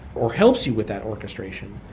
or helps you with that orchestration,